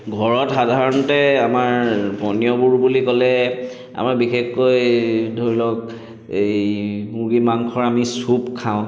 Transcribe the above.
ঘৰত সাধাৰণতে আমাৰ পনীয়বোৰ বুলি ক'লে আমাৰ বিশেষকৈ ধৰি লওক এই মুৰ্গী মাংসৰ আমি ছুপ খাওঁ